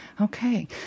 Okay